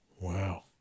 Wow